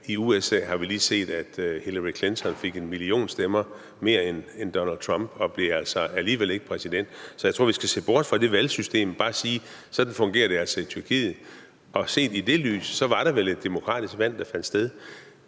i USA har vi lige set, at Hillary Clinton fik 1 million stemmer mere end Donald Trump og alligevel ikke blev præsident. Så jeg tror, vi skal se bort fra det valgsystem og bare sige, at sådan fungerer det altså i Tyrkiet, og set i det lys var det vel et demokratisk valg, der fandt sted.